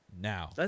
now